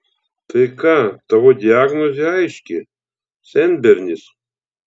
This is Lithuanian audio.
tai ką tavo diagnozė aiški senbernis